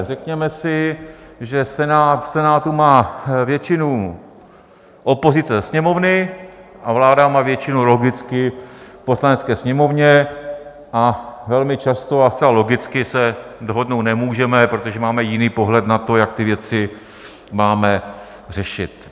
Řekněme si, že v Senátu má většinu opozice ze Sněmovny, vláda má většinu logicky v Poslanecké sněmovně a velmi často a zcela logicky se dohodnout nemůžeme, protože máme jiný pohled na to, jak ty věci máme řešit.